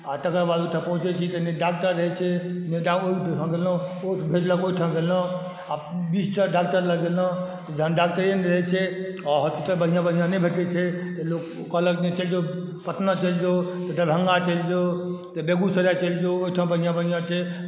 आ तकरबाद ओतऽ पहुँचै छी तऽ नहि डाक्टर रहै छै नहि ओ भेजलक ओहि ठाम गेलहुॅं आ डाक्टर लग गेलहुॅं जहन डाक्टरे नहि रहै छै हॉस्पिटल बढ़िऑं बढ़िऑं नहि भेटै छै तऽ लोक कहलक नहि चैल जाउ पटना चैल जाउ दरभंगा चलि जाउ तऽ बेगूसराय चलि जाउ ओहि ठाम बढ़िऑं बढ़िऑं छै